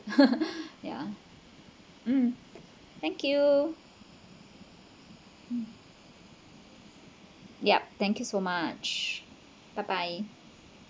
yeah mm thank you mm yup thank you so much bye bye